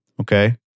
Okay